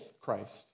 Christ